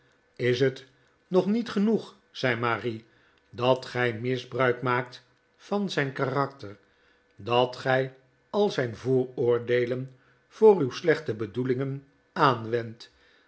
is het nog niet genoeg zei marie dat gij misbruik maakt van zijn karakter dat gij al zijn vooroordeelen voor uw slechte bedoelingen aanwendt